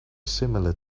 similar